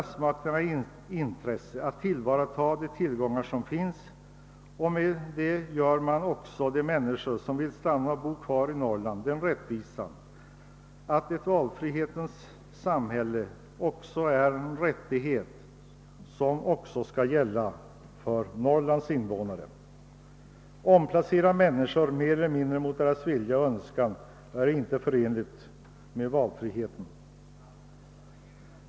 Därmed gör man det också möjligt för de människor som vill bo kvar i Norrland att göra det, och valfriheten blir en rättighet även för Norrlands invånare. Att omplacera människor mer eller mindre mot deras vilja är inte förenligt med valfriheten.